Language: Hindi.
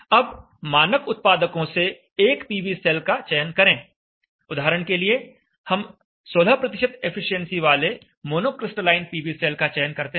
अब मानक उत्पादकों से एक पीवी सेल का चयन करें उदाहरण के लिए हम 16 एफिशिएंसी वाले मोनोक्रिस्टलाइन पीवी सेल का चयन करते हैं